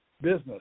business